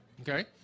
Okay